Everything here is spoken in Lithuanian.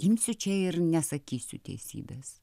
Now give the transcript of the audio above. imsiu čia ir nesakysiu teisybės